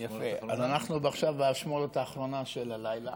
אנחנו עכשיו באשמורת האחרונה של הלילה,